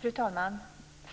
Fru talman!